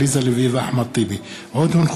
עליזה לביא ואחמד טיבי בנושא: